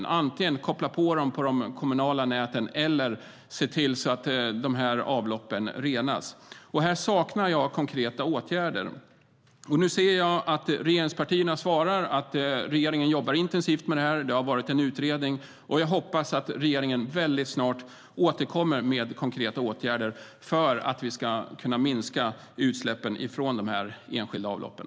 Man kan antingen koppla avloppen till de kommunala näten eller se till att utsläppen renas. Jag saknar konkreta åtgärder. Nu ser jag att regeringspartierna svarar att regeringen jobbar intensivt med det här. Det har varit en utredning. Jag hoppas att regeringen väldigt snart återkommer med konkreta åtgärder för att vi ska kunna minska utsläppen från de här enskilda avloppen.